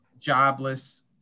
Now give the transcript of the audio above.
jobless